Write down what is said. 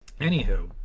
Anywho